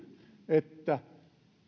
että